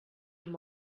amb